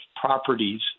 properties